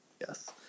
Yes